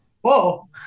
Whoa